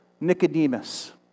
Nicodemus